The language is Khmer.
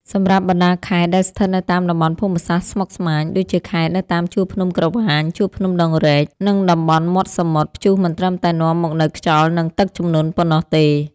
សម្រាប់បណ្ដាខេត្តដែលស្ថិតនៅតាមតំបន់ភូមិសាស្ត្រស្មុគស្មាញ ដូចជាខេត្តនៅតាមជួរភ្នំក្រវាញ ជួរភ្នំដងរែក និងតំបន់មាត់សមុទ្រ ព្យុះមិនត្រឹមតែនាំមកនូវខ្យល់ និងទឹកជំនន់ប៉ុណ្ណោះទេ។